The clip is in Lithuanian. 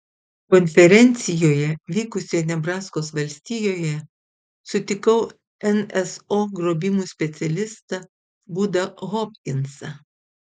konferencijoje vykusioje nebraskos valstijoje sutikau nso grobimų specialistą budą hopkinsą